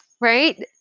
right